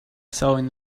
selling